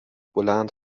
بلند